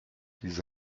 qu’ils